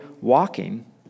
walking